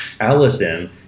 Allison